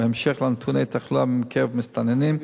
ובהמשך על נתוני תחלואה בקרב מסתננים,